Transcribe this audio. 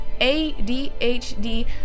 ADHD